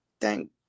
thank